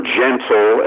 gentle